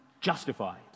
justified